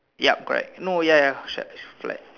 ya correct no ya ya shut this flat